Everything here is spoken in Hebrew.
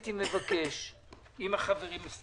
יש לי ניסיון עם הדבר הזה לא לחכות.